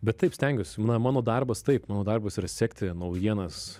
bet taip stengiuosi na mano darbas taip mano darbas yra sekti naujienas